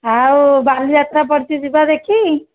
ଆଉ ବାଲିଯାତ୍ରା ପଡ଼ିଛି ଯିବା ଦେଖି